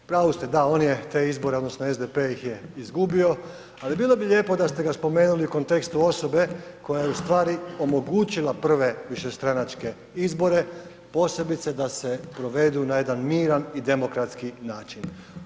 U pravu ste, da on je te izbore odnosno SDP ih je izgubio, ali bilo bi lijepo da ste ga spomenuli u kontekstu osobe koja je u stvari omogućila prve višestranačke izbore, posebice da se provedu na jedan miran i demokratski način.